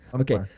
Okay